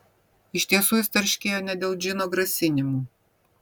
iš tiesų jis tarškėjo ne dėl džino grasinimų